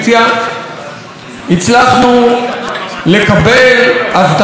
הצלחנו לקבל הבטחה והתחייבות ממשרד